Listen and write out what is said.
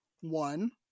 one